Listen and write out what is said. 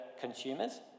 consumers